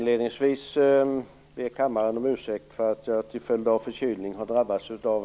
Herr talman!